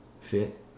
Fit